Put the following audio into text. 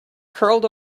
curled